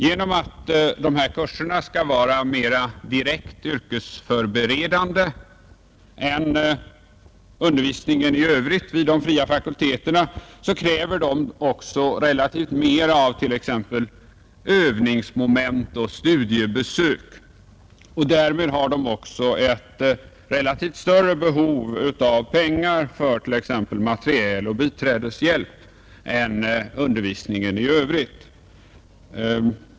Genom att dessa kurser skall vara mera direkt yrkesförberedande än undervisningen i övrigt vid de fria fakulteterna kräver de också, relativt sett, mer av exempelvis övningsmoment och studiebesök. Därmed har de också ett relativt sett större behov av pengar för t.ex. material och biträdeshjälp än undervisningen i Övrigt.